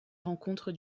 rencontre